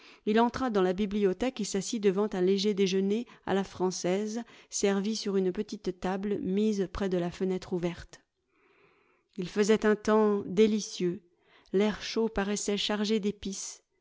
il entra dans la bibliothèque et s'assit devant un léger déjeuner à la française servi sur une petite table mise près de la fenêtre ouverte il faisait un temps délicieux l'air chaud paraissait chargé d'épices